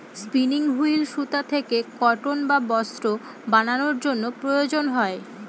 spinning wheel সুতা থেকে cotton বা বস্ত্র বানানোর জন্য প্রয়োজন হয়